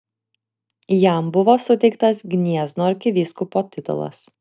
jam buvo suteiktas gniezno arkivyskupo titulas